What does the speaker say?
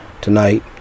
tonight